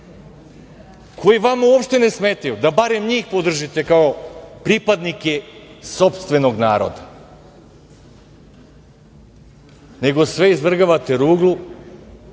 koji vama uopšte ne smetaju da barem njih podržite kao pripadnike sopstvenog naroda, nego sve izvrgavate ruglu,